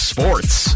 Sports